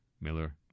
Miller